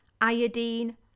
iodine